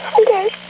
Okay